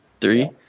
Three